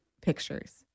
pictures